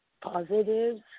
positives